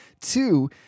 two